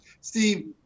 Steve